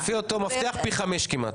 לפי אותו מפתח, פי חמישה כמעט.